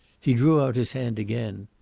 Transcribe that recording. he drew out his hand again.